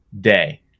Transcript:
day